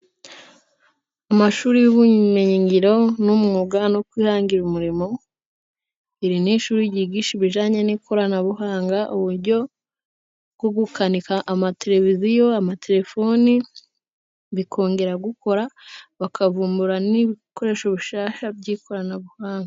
Amashuri y'ubumenyingiro n'umwuga no kwihangira umurimo, iri ni ishuri ryigisha ibijyanye n'ikoranabuhanga, uburyo bwo gukanika amateleviziyo, amatelefoni bikongera gukora, bakavumbura n'ibikoresho bushyashya by'ikoranabuhanga.